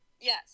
Yes